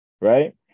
right